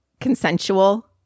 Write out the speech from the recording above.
consensual